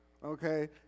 Okay